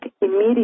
immediately